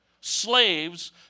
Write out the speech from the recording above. slaves